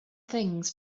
things